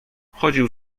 chodził